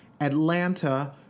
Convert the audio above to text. Atlanta